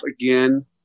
again